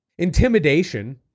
Intimidation